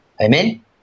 Amen